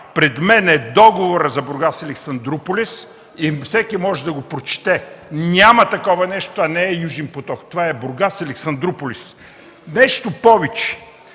Пред мен е договорът за „Бургас – Александруполис” и всеки може да го прочете. Няма такова нещо, това не е „Южен поток”, това е „Бургас – Александруполис”. Нещо повече,